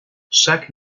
chaque